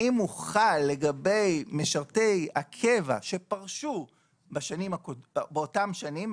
האם הוא חל לגבי משרתי הקבע שפרשו באותן שנים,